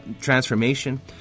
transformation